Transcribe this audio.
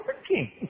working